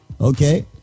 okay